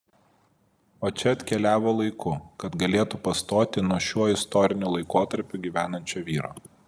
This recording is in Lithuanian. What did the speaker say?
o čia atkeliavo laiku kad galėtų pastoti nuo šiuo istoriniu laikotarpiu gyvenančio vyro